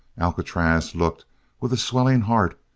alcatraz looked with a swelling heart,